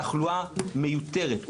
שהיא תחלואה מיותרת,